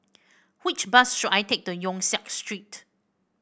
which bus should I take to Yong Siak Street